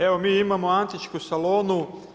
Evo, mi imamo antičku Salonu.